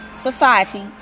society